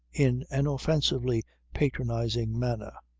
in an offensively patronising manner.